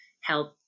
help